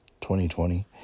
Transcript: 2020